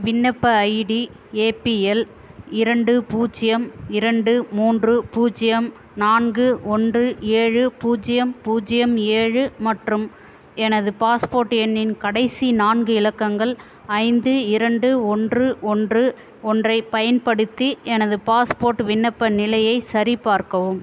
விண்ணப்ப ID APL இரண்டு பூஜ்யம் இரண்டு மூன்று பூஜ்யம் நான்கு ஒன்று ஏழு பூஜ்யம் பூஜ்ஜியம் ஏழு மற்றும் எனது பாஸ்போர்ட் எண்ணின் கடைசி நான்கு இலக்கங்கள் ஐந்து இரண்டு ஒன்று ஒன்று ஒன்றைப் பயன்படுத்தி எனது பாஸ்போர்ட் விண்ணப்ப நிலையை சரிபார்க்கவும்